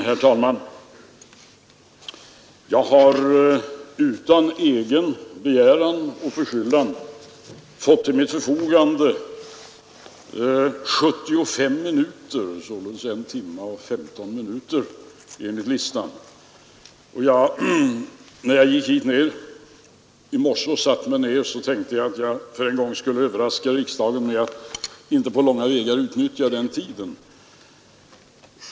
Herr talman! Jag har utan egen begäran och förskyllan fått till mitt förfogande 75 minuter, alltså I timme och 15 minuter, enligt listan. När jag i morse kom hit och satte mig ner, tänkte jag att jag för en gångs skull skulle överraska riksdagen med att inte på långa vägar utnyttja den tiden.